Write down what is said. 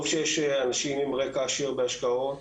טוב שיש אנשים עם רקע עשיר בהשקעות,